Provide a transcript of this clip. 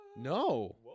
No